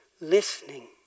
listening